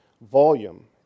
volume